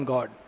God